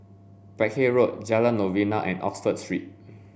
Peck Hay Road Jalan Novena and Oxford Street